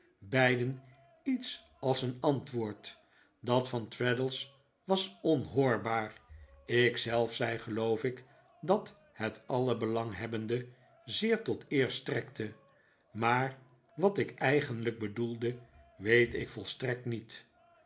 beiden iets als een antwoord dat van traddles was onhoorbaar ik zelf zei geloof ik dat het alle belanghebbenden zeer tot eer strekte maar wat ik eigenlijk bedoelde weet ik volstrekt niet